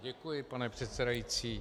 Děkuji, pane předsedající.